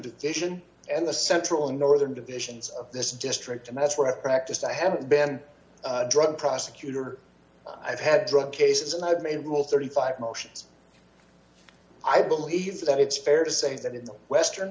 division and the central and northern divisions of this district and that's where our practice i have been drug prosecutor i've had drug cases and i've made a rule thirty five motions i believe that it's fair to say that in the western